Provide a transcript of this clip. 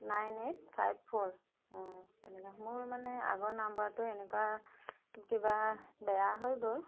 nine eight five four অ' তেনেকুৱা মোৰ মানে আগৰ নম্বৰটো এনেকুৱা কিবা বেয়া হৈ গ'ল